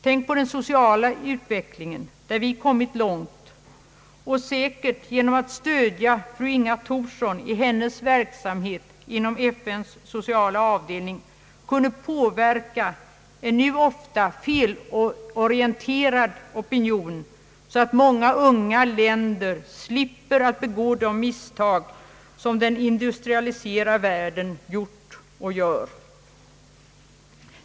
Tänk på den sociala utvecklingen, där vi kommit långt, och säkert genom att stödja fru Inga Thorsson i hennes verksamhet inom FN:s sociala avdelning kunde påverka en nu ofta felorienterad opinion så att många unga länder slipper att begå de misstag som den industrialiserade världen gjort och gör!